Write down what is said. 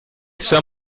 schon